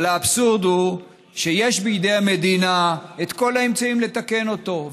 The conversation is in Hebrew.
אבל האבסורד הוא שיש בידי המדינה כל האמצעים לתקן אותו,